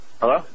Hello